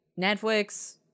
Netflix